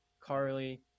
Carly